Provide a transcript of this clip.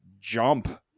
jump